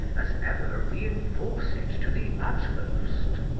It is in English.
as ever reinforce it to the utmost.